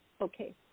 Okay